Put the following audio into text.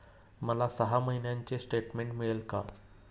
मला सहा महिन्यांचे स्टेटमेंट मिळेल का?